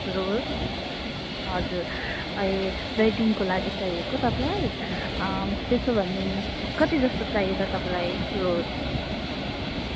रोज हजुर ए वेडिङको लागि चाहिएको तपाईँलाई त्यसो भने कति जस्तो चाहियो त तपाईँलाई रोज